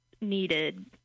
needed